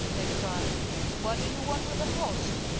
they cried what do you want with the host?